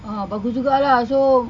uh bagus juga lah so